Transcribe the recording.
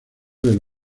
del